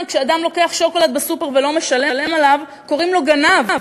כשאדם לוקח שוקולד בסופר ולא משלם עליו קוראים לו גנב.